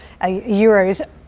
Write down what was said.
euros